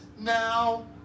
Now